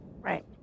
Right